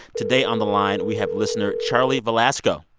today on the line, we have listener charlie velasco.